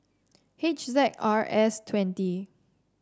H Z R S twenty